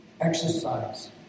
exercise